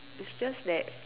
it's just that